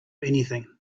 anything